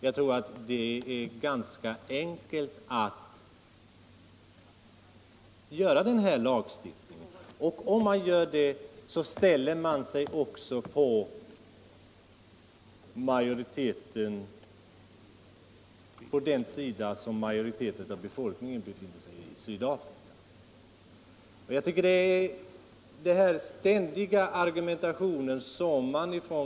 Jag tror att det är ganska enkelt att genomföra den här lagstiftningen, och om man gör det ställer man sig också på den sida där majoriteten av befolkningen i Sydafrika befinner sig.